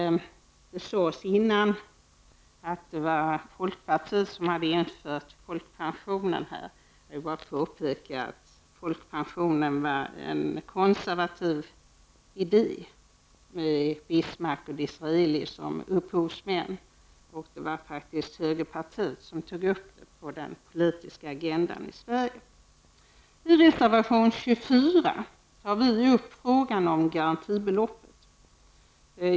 Det sades tidigare att det var folkpartiet som hade infört folkpensionen i Sverige. Jag vill bara påpeka att folkpensionen var en konservativ idé med Bismarck och Disraeli som upphovsmän. Det var faktiskt högerpartiet som tog upp den på den politiska agendan i Sverige. I reservation 24 tar vi upp frågan om garantibeloppet.